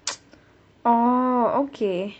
orh okay